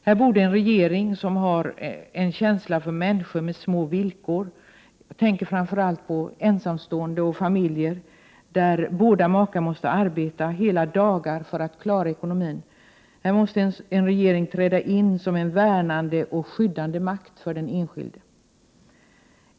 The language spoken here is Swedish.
Här borde en regering, som har en känsla för människor med små villkor — jag tänker framför allt på ensamstående och familjer där båda makarna måste arbeta hela dagar för att klara ekonomin — träda in som en värnande och skyddande makt för den enskilde.